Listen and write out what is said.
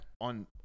on